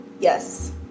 Yes